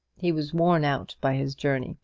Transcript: he was worn out by his journey,